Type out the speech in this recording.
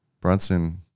Brunson